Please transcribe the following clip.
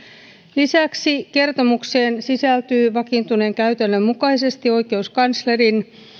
lisäksi kertomukseen sisältyy vakiintuneen käytännön mukaisesti oikeuskanslerin